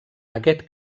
aquest